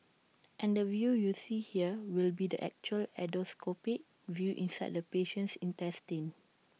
and the view you see here will be the actual endoscopic view inside the patient's intestines